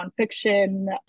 nonfiction